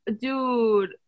dude